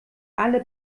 alle